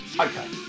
Okay